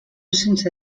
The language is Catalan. sense